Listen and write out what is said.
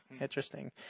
Interesting